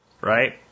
Right